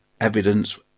evidence